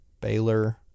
Baylor